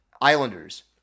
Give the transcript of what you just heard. Islanders